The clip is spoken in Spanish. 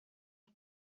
los